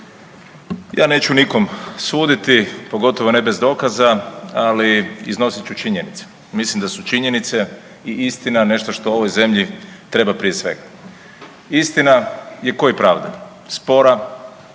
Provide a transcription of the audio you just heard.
ja neću nikom suditi pogotovo ne bez dokaza ali iznosit ću činjenice. Mislim da su činjenice i istina nešto što ovoj zemlji treba prije svega. Istina je ko i pravda spora